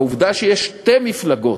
העובדה שיש שתי מפלגות